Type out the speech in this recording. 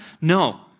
no